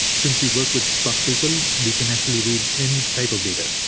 since we work with spark sql, we can actually read any type of data.